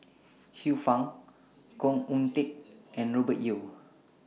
Xiu Fang Khoo Oon Teik and Robert Yeo